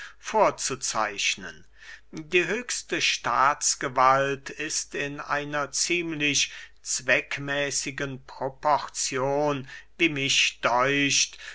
vorzuzeichnen die höchste staatsgewalt ist in einer ziemlich zweckmäßigen proporzion wie mich däucht